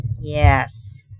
Yes